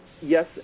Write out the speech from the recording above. Yes